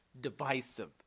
divisive